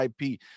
IP